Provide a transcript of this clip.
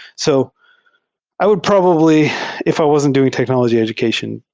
so i would probably if i wasn't doing technology education,